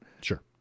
Sure